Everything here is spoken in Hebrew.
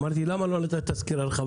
אמרתי לעצמי: למה לא נתת סקירה רחבה?